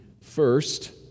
First